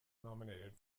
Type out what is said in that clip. nominated